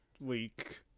week